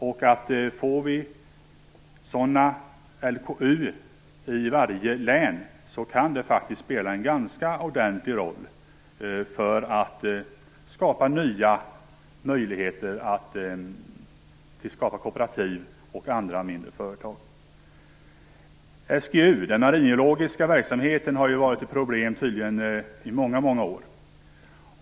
Får vi sådana LKU i varje län, kan det spela en ganska betydande roll för möjligheten att skapa kooperativ och andra mindre företag. Den maringeologiska verksamheten, SGU, har tydligen varit ett problem under många år.